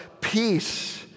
peace